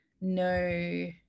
no